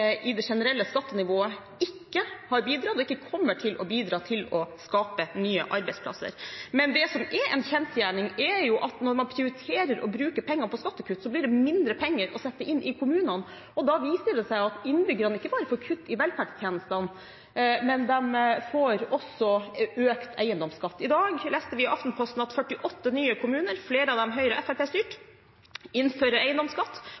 i det generelle skattenivået ikke har bidratt og ikke kommer til å bidra til å skape nye arbeidsplasser. Men det som er en kjensgjerning, er at når man prioriterer å bruke pengene på skattekutt, så blir det mindre penger å sette inn i kommunene, og da viser det seg at innbyggerne ikke bare får kutt i velferdstjenestene, men de får også økt eiendomsskatt. I dag leste vi i Aftenposten at 48 nye kommuner – flere av dem Høyre- og Fremskrittsparti-styrte – innfører eiendomsskatt,